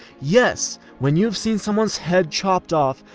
yes, when you've seen someone's head chopped off,